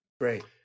Great